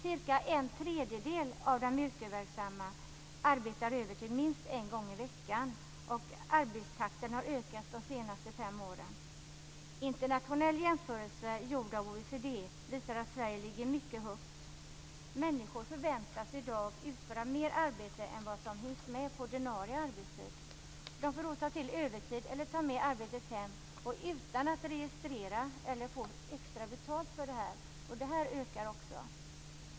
Cirka en tredjedel av de yrkesverksamma arbetar övertid minst en gång i veckan. Arbetstakten har ökat under de senaste fem åren. En internationell jämförelse gjord av OECD visar att Sverige ligger mycket högt. Människor förväntas i dag utföra mer arbete än vad som hinns med på ordinarie arbetstid. De får lov att ta till övertid eller ta med arbetet hem utan att registrera eller få extra betalt för det. Detta ökar också.